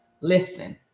Listen